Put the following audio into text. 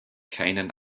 keinen